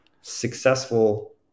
successful